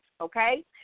okay